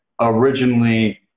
originally